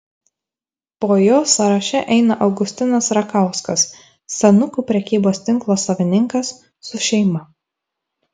po jo sąraše eina augustinas rakauskas senukų prekybos tinko savininkas su šeima